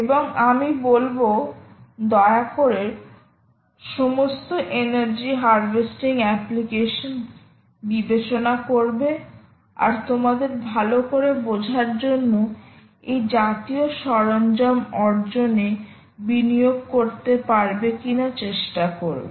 এবং আমি বলবো দয়া করে সমস্ত এনার্জি হারভেস্টিং অ্যাপ্লিকেশন বিবেচনা করবে আর তোমাদের ভালো করে বোঝার জন্য এই জাতীয় সরঞ্জাম অর্জনে বিনিয়োগ করতে পারবে কিনা চেষ্টা করবে